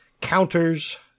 counters